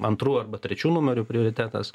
antru arba trečiu numeriu prioritetas